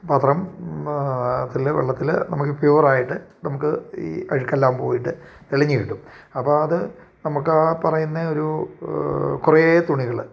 പാത്രം അതിൽ വെള്ളത്തിൽ നമുക്ക് പ്യുവറായിട്ട് നമുക്ക് ഈ അഴുക്കെല്ലാം പോയിട്ട് തെളിഞ്ഞു കിട്ടും അപ്പം അത് നമുക്ക് ആ പറയുന്ന ഒരു കുറേ തുണികൾ